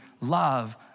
love